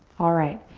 alright,